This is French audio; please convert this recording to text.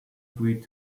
puis